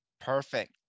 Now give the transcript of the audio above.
Perfect